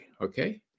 okay